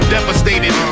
Devastated